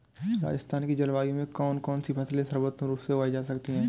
राजस्थान की जलवायु में कौन कौनसी फसलें सर्वोत्तम रूप से उगाई जा सकती हैं?